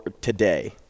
today